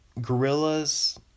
Gorillas